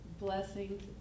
blessings